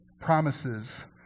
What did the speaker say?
promises